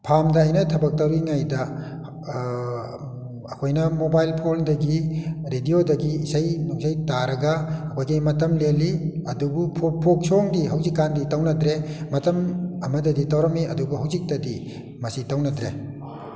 ꯐꯥꯝꯗ ꯑꯩꯅ ꯊꯕꯛ ꯇꯧꯔꯤꯉꯩꯗ ꯑꯩꯈꯣꯏꯅ ꯃꯣꯕꯥꯏꯜ ꯐꯣꯟꯗꯒꯤ ꯔꯦꯗꯤꯑꯣꯗꯒꯤ ꯏꯁꯩ ꯅꯨꯡꯁꯩ ꯇꯥꯔꯒ ꯑꯩꯈꯣꯏꯒꯤ ꯃꯇꯝ ꯂꯦꯜꯂꯤ ꯑꯗꯨꯕꯨ ꯐꯣꯛ ꯐꯣꯛ ꯁꯣꯡꯗꯤ ꯍꯧꯖꯤꯛꯀꯥꯟꯗꯤ ꯇꯧꯅꯗ꯭ꯔꯦ ꯃꯇꯝ ꯑꯃꯗꯗꯤ ꯇꯧꯔꯝꯃꯤ ꯑꯗꯨꯕꯨ ꯍꯧꯖꯤꯛꯇꯗꯤ ꯃꯁꯤ ꯇꯧꯅꯗ꯭ꯔꯦ